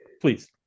please